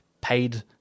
paid